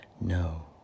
No